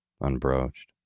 unbroached